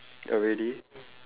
already